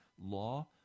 law